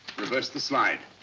reverse the slide.